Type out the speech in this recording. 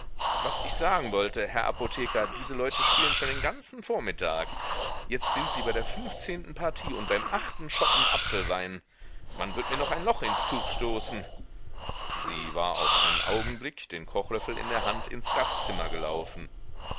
was ich sagen wollte herr apotheker diese leute spielen schon den ganzen vormittag jetzt sind sie bei der fünfzehnten partie und beim achten schoppen apfelwein man wird mir noch ein loch ins tuch stoßen sie war auf einen augenblick den kochlöffel in der hand ins gastzimmer gelaufen